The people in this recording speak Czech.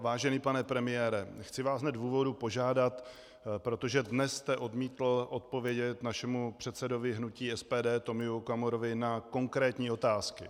Vážený pane premiére, chci vás hned v úvodu požádat, protože jste dnes odmítl odpovědět našemu předsedovi hnutí SPD Tomio Okamurovi na konkrétní otázky.